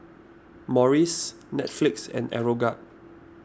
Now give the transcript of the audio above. Morries Netflix and Aeroguard